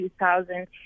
2000